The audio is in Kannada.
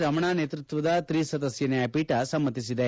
ರಮಣ ನೇತೃತ್ವದ ತ್ರಿಸದಸ್ತ ನ್ಯಾಯಪೀಠ ಸಮ್ನತಿಸಿದೆ